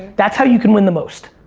that's how you can win the most.